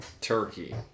Turkey